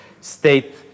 state